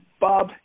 Bob